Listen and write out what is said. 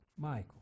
Michael